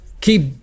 keep